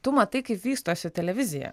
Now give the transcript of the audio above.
tu matai kaip vystosi televizija